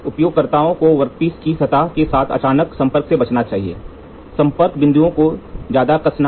तो उपयोगकर्ता को वर्कपीस की सतह के साथ अचानक संपर्क से बचना चाहिए संपर्क बिंदुओं को ज्यादा कसना